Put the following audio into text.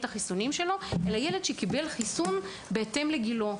החיסונים שלו אלא ילד שקיבל חיסון בהתאם לגילו.